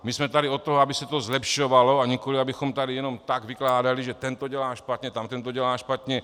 My jsme tady od toho, aby se to zlepšovalo, a nikoli abychom tady jenom tak vykládali, že ten to dělá špatně, tamten to dělá špatně.